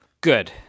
Good